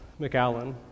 McAllen